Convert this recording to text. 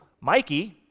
Mikey